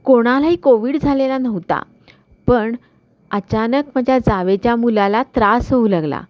कोणालाही कोविड झालेला नव्हता पण अचानक माझ्या जावेच्या मुलाला त्रास होऊ लागला